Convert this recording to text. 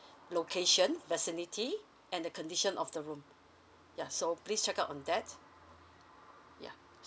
location facility and the condition of the room ya so please check out on that yeah